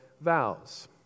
vows